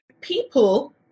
people